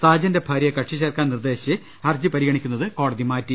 സാജന്റെ ഭാര്യയെ കക്ഷി ചേർക്കാൻ നിർദേശിച്ച് ഹർജി പരിഗണിക്കുന്നത് കോടതി മാറ്റി